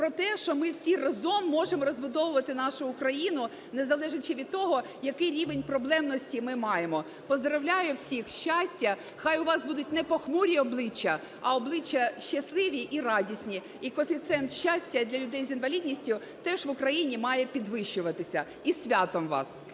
про те, що ми всі разом можемо розбудовувати нашу Україну, не залежачи від того, який рівень проблемності ми маємо. Поздоровляю всіх. Щастя. Хай у вас будуть не похмурі обличчя, а обличчя щасливі і радісні. І коефіцієнт щастя для людей з інвалідністю теж в Україні має підвищуватися. Із святом вас.